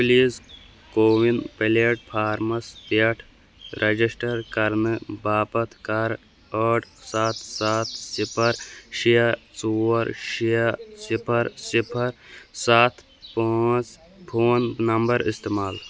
please CoWIN platforms پٮ۪ٹھ register کرنہٕ باپَتھ کَر ٲٹھ سَتھ سَتھ صِفَر شےٚ ژور شےٚ صِفَر صِفَر سَتھ پانٛژھ فون نَمبر استعمال